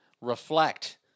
reflect